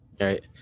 Right